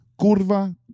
curva